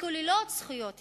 שכוללות זכויות היסטוריות.